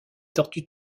tortues